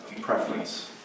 preference